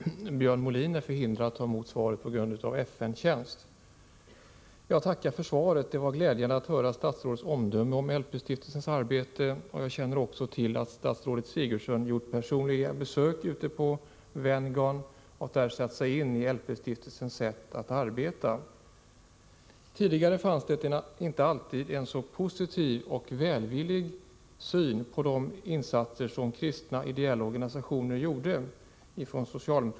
Herr talman! Björn Molin är förhindrad att ta emot svaret på grund av FN-uppdrag. Jag tackar för svaret. Det var glädjande att höra statsrådets omdöme om LP-stiftelsens arbete. Jag känner också till att statsrådet Sigurdsen gjort personliga besök på Venngarn och därmed satt sig in i LP-stiftelsens arbete. Tidigare hade socialdemokratiska företrädare inte alltid så positiv och välvillig syn på de insatser som'kristna ideella organisationer gjorde.